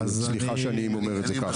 וסליחה שאני אומר את זה ככה.